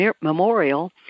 memorial